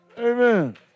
Amen